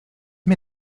mir